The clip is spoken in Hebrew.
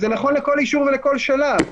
זה נכון לכל אישור ולכל שלב.